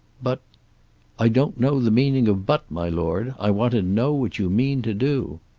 but i don't know the meaning of but, my lord. i want to know what you mean to do.